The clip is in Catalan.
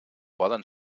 poden